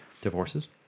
Divorces